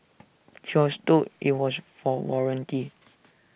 she was told IT was for warranty